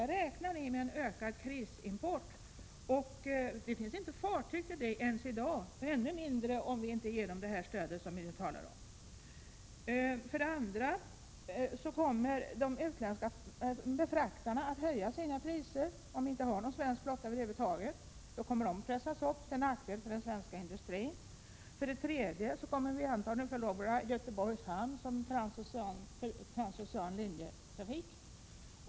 Vi räknar med en utökad krisimport; det finns inte ens i dag tillräckligt många fartyg och det blir ännu färre om vi inte ger det här stödet som vi talar om. För det andra: Om vi över huvud taget inte har någon svensk handelsflotta kommer de utländska befraktarna att höja sina priser. Priserna kommer att pressas upp till nackdel för den svenska industrin. För det tredje: Vi kommer antagligen att förlora Göteborgs hamn för transocean linjetrafik.